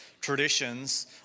traditions